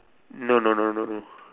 no no no no no